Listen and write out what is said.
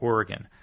Oregon